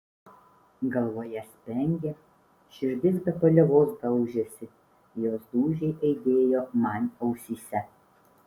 galvoje spengė širdis be paliovos daužėsi jos dūžiai aidėjo man ausyse